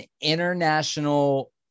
international